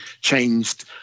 changed